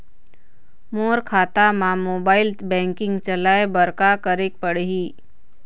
मोर खाता मा mobile banking चलाए बर का करेक पड़ही?